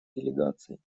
делегаций